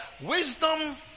wisdom